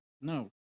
No